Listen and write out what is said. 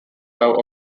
love